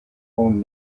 own